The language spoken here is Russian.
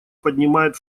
поднимает